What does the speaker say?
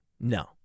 No